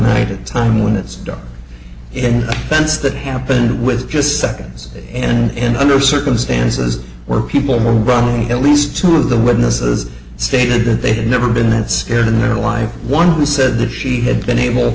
tonight a time when it's dark in a sense that happened with just seconds and under circumstances where people were running at least two of the witnesses stated that they had never been that scared in their life one who said that she had been able